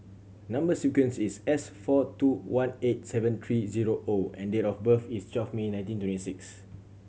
number sequence is S four two one eight seven three zero O and date of birth is twelve May nineteen twenty six